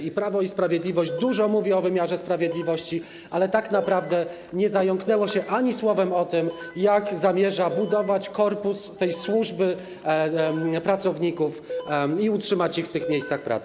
I Prawo i Sprawiedliwość dużo mówi o wymiarze sprawiedliwości, ale tak naprawdę nie zająknęło się ani słowem o tym, jak zamierza budować korpus tej służby pracowników i utrzymać ich w tych miejscach pracy.